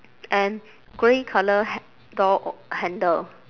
and grey colour ha~ door o~ handle